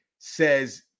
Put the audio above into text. says